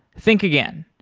think again.